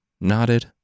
nodded